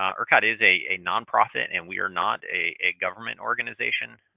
um ercot is a nonprofit and we are not a government organization.